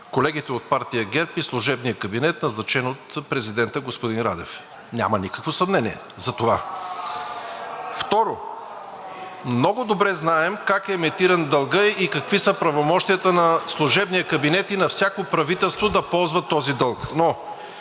колегите от партия ГЕРБ и служебния кабинет, назначен от президента господин Радев – няма никакво съмнение за това. (Шум и реплики.) Второ, много добре знаем как е емитиран дългът и какви са правомощията на служебния кабинет и на всяко правителство да ползва този дълг.